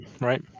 right